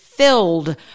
Filled